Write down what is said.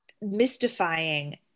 mystifying